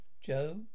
Joe